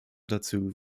dazu